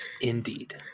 Indeed